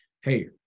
hey